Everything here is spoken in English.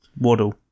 waddle